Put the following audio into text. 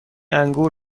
انگور